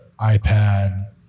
iPad